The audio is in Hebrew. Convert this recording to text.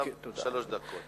שלוש דקות.